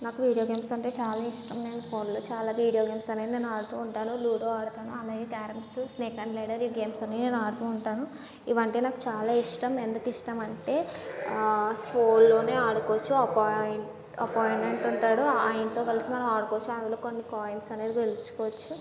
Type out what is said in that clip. నాకు video games అంటే చాలా ఇష్టం నేను ఫోన్లో చాలా వీడియో గేమ్స్ అనేవి నేను ఆడుతూ ఉంటాను లూడో ఆడతాను అలాగే క్యారమ్స్ స్నేక్ అండ్ ల్యాడర్ ఈ గేమ్స్ అన్నీ నేను ఆడుతూ ఉంటాను ఇవి అంటే నాకు చాలా ఇష్టం ఎందుకిష్టం అంటే ఆ ఫోన్లోనే ఆడుకోవచ్చు అపాయి అపోనెంట్ ఉంటాడు ఆయనతో కలిసి మనం ఆడుకోవచ్చు అందులో కొన్ని కాయిన్స్ అనేది గెలుచుకోవచ్చు